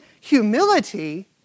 humility